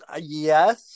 Yes